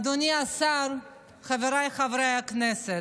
אדוני השר, חבריי חברי הכנסת,